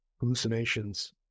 Hallucinations